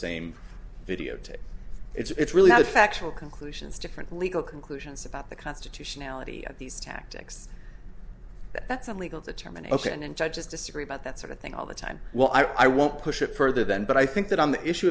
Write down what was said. same videotape it's really not factual conclusions different legal conclusions about the constitutionality of these tactics that's a legal determination and judges disagree about that sort of thing all the time well i won't push it further then but i think that on the issue